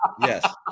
Yes